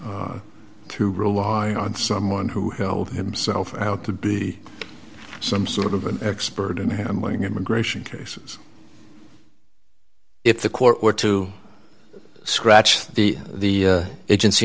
language to rely on someone who held himself out to be some sort of an expert in handling immigration cases if the court were to scratch the the agency